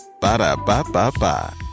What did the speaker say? Ba-da-ba-ba-ba